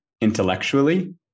intellectually